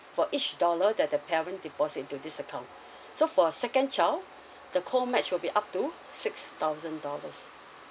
for each dollar that the parent deposit into this account so for second child the co match will be up to six thousand dollars